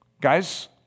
Guys